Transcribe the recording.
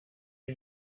die